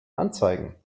anzeigen